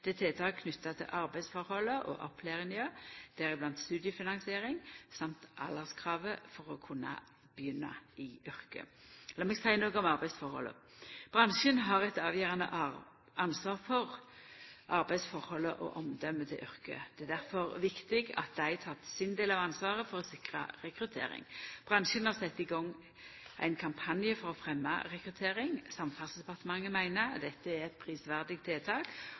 tiltak knytte til arbeidsforholda og opplæringa, deriblant studiefinansiering, og alderskravet for å kunna begynna i yrket. Lat meg seia noko om arbeidsforholda: Bransjen har eit avgjerande ansvar for arbeidsforholda og omdømet til yrket. Det er difor viktig at bransjen tek sin del av ansvaret for å sikra rekrutteringa. Bransjen har sett i gang ein kampanje for å fremja rekruttering. Samferdselsdepartementet meiner dette er eit prisverdig tiltak